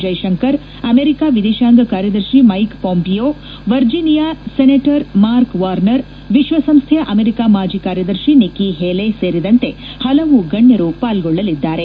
Jaishankar America ಎದೇಶಾಂಗ ಕಾರ್ಯದರ್ಶಿ Mike Pompeo Virginia senator Mark Warner ವಿಶ್ವಸಂಸ್ಟೆಯ ಅಮೆರಿಕ ಮಾಜಿ ಕಾರ್ಯದರ್ಶಿ ನಿಕಿ ಹೇಲೆ ಸೇರಿದಂತೆ ಪಲವು ಗಣ್ಣರು ಪಾಲ್ಗೊಳ್ಳಲಿದ್ದಾರೆ